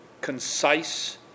concise